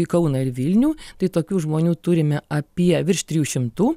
į kauną ir vilnių tai tokių žmonių turime apie virš trijų šimtų